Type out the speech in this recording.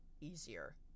easier